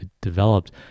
developed